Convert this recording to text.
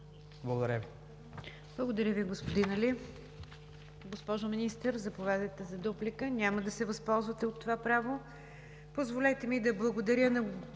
Благодаря Ви.